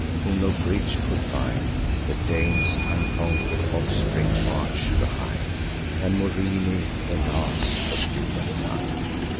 whom no bridge could bind the danes' unconquer'd offspring march behind and morini, the last of humankind.